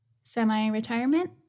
semi-retirement